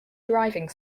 driving